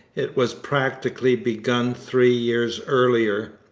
it was practically begun three years earlier.